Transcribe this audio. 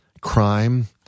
crime